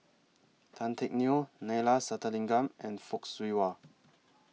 Tan Teck Neo Neila Sathyalingam and Fock Siew Wah